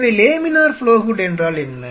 எனவே laminar flow hood என்றால் என்ன